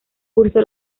cursó